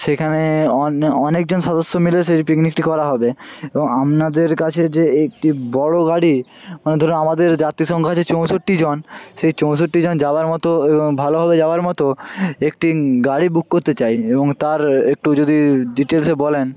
সেখানে অনেকজন সদস্য মিলে সেই পিকনিকটি করা হবে এবং আপনাদের কাছে যে একটি বড় গাড়ি ধরুন আমাদের যাত্রী সংখ্যা আছে চৌষট্টিজন সেই চৌষট্টিজন যাওয়ার মতো এবং ভালোভাবে যাওয়ার মতো একটি গাড়ি বুক করতে চাই এবং তার একটু যদি ডিটেলসে বলেন